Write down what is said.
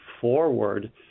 forward